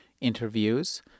interviews